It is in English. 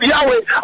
Yahweh